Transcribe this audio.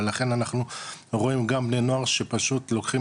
אבל לכן אנחנו רואים גם בני נוער שפשוט לוקחים